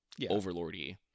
overlordy